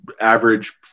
average